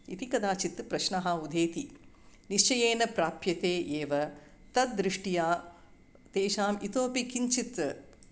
इति कदाचित् प्रश्नः उदेति निश्चयेन प्राप्यते एव तद् दृष्ट्या तेषाम् इतोऽपि किञ्चित्